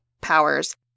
powers